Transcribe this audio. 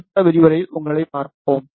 அடுத்த விரிவுரையில் உங்களைப் பார்ப்போம்